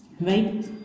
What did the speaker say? Right